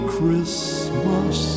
Christmas